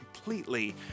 Completely